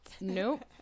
Nope